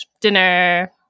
dinner